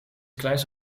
kleins